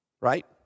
Right